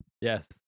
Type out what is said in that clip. yes